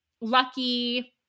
lucky